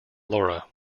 laura